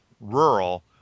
rural